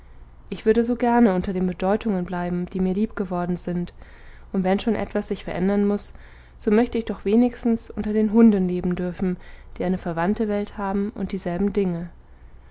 ich würde so gerne unter den bedeutungen bleiben die mir lieb geworden sind und wenn schon etwas sich verändern muß so möchte ich doch wenigstens unter den hunden leben dürfen die eine verwandte welt haben und dieselben dinge